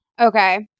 okay